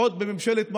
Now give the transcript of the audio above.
עוד בממשלת מעבר,